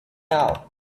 now